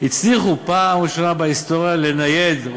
הצליחו בפעם הראשונה בהיסטוריה לנייד,